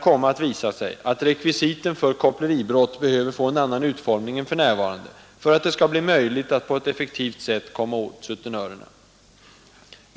komma att visa sig att rekvisiten för koppleribrott behöver få en annan utformning än för närvarande, för att det skall bli möjligt att på ett effektivt sätt komma åt sutenörerna.